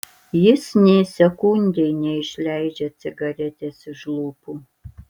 jis nė sekundei neišleidžia cigaretės iš lūpų